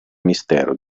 mistero